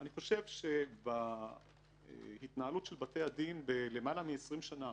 אני חושב שבהתנהלות של בתי הדין במשך למעלה מ-20 שנה,